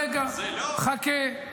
רגע, חכה.